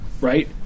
Right